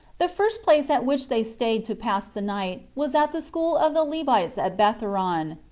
the first place at which they stayed to pass the night was at the school of the levites at betheron.